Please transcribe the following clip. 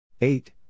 eight